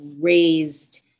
raised